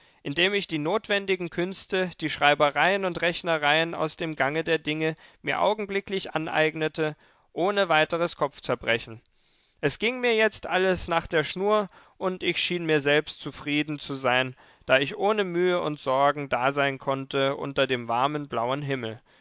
indem ich die notwendigen künste die schreibereien und rechnereien aus dem gange der dinge mir augenblicklich aneignete ohne weiteres kopfzerbrechen es ging mir jetzt alles nach der schnur und ich schien mir selbst zufrieden zu sein da ich ohne mühe und sorgen da sein konnte unter dem warmen blauen himmel